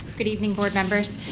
good evening, board members.